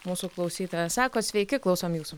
mūsų klausytojas sako sveiki klausom jūsų